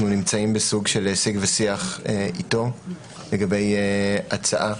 נמצאים בסוג של שיג ושיח איתו לגבי הצעה.